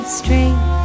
straight